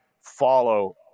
follow